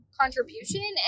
contribution